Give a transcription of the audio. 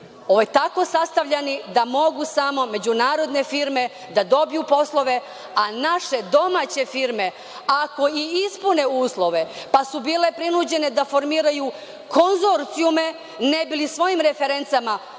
bili tako sastavljeni da mogu samo međunarodne firme da dobiju poslove, a naše domaće firme ako i ispune uslove, pa su bile prinuđene da formiraju konzorcijume ne bi li svojim referencama